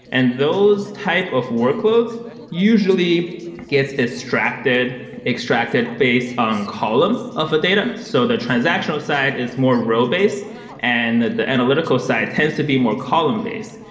and those type of workloads usually gets extracted extracted based on column of a data. so the transactional side is more row-based and the the analytical side tends to be more column-based.